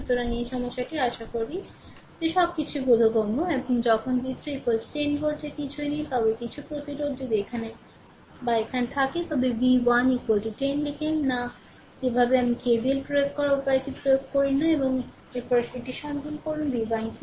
সুতরাং এই সমস্যাটি আশা করে যে সবকিছুই বোধগম্য এবং যখন v3 10 ভোল্টের কিছুই নেই তবে কিছু প্রতিরোধ যদি এখানে বা এখানে থাকে তবে V 1 10 লিখেন না যেভাবে আমি KVL প্রয়োগ করার উপায়টি প্রয়োগ করি না এবং তারপরে এটি সন্ধান করুন V 1 কি